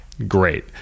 Great